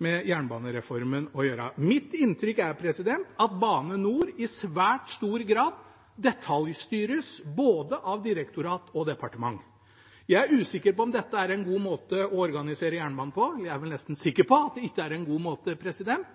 med jernbanereformen å gjøre. Mitt inntrykk er at Bane NOR i svært stor grad detaljstyres, både av direktorat og av departement. Jeg er usikker på om dette er en god måte å organisere jernbanen på – eller jeg er vel nesten sikker på at det ikke er en god måte.